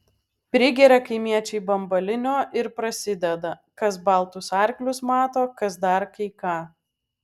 prigeria kaimiečiai bambalinio ir prasideda kas baltus arklius mato kas dar kai ką